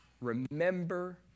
remember